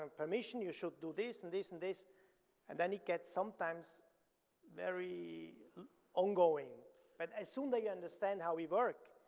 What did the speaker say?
and permission, you should do this and this and this and then he gets sometimes very ongoing but as soon they understand how we work,